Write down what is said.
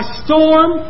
storm